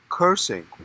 Cursing